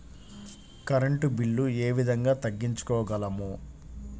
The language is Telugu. కరెంట్ బిల్లు ఏ విధంగా తగ్గించుకోగలము?